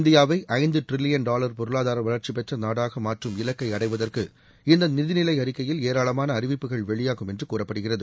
இந்தியாவை ஐந்து trillion dollar பொருளாதார வளர்ச்சிப் பெற்ற நாடாக மாற்றும் இலக்கை அடைவதற்கு இந்த நிதிநிலை அறிக்கையில் ஏராளமான அறிவிப்புகள் வெளியாகும் என்று கூறப்படுகிறது